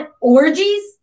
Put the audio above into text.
orgies